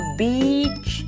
beach